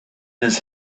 his